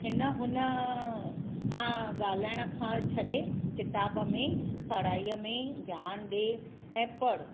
हिन हुन सां ॻाल्हाइण खां छॾे किताब में पढ़ाईअ में ध्यानु ॾिए ऐं पढ़